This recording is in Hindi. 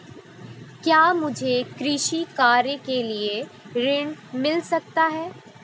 क्या मुझे कृषि कार्य के लिए ऋण मिल सकता है?